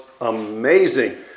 amazing